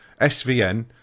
SVN